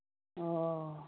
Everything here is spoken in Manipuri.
ꯑꯣ ꯑꯣ